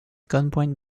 gunpoint